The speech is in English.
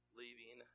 leaving